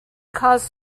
caused